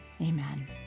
Amen